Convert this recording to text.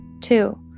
Two